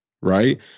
right